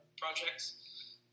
projects